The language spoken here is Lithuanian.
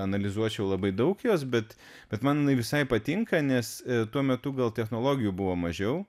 analizuočiau labai daug jos bet bet man jinai visai patinka nes tuo metu gal technologijų buvo mažiau